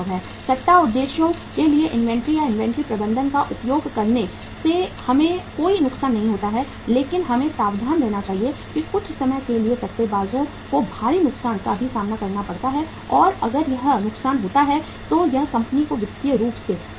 सट्टा उद्देश्यों के लिए इन्वेंट्री या इन्वेंट्री प्रबंधन का उपयोग करने से हमें कोई नुकसान नहीं होता है लेकिन हमें सावधान रहना चाहिए कि कुछ समय के लिए सट्टेबाजों को भारी नुकसान का भी सामना करना पड़ता है और अगर यह नुकसान होता है तो यह कंपनी को वित्तीय रूप से मार देगा